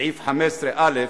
סעיף 15א,